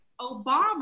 Obama